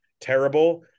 terrible